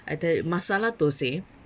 I tell you masala thosai